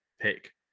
pick